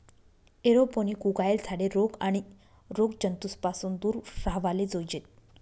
aeroponic उगायेल झाडे रोग आणि रोगजंतूस पासून दूर राव्हाले जोयजेत